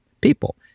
people